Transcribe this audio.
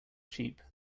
cheap